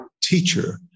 teacher